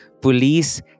police